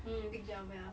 嗯 big jump ya